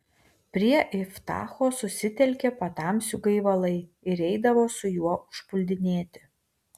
prie iftacho susitelkė patamsių gaivalai ir eidavo su juo užpuldinėti